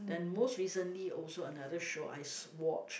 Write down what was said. then most recently also another show I s~ watched